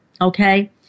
okay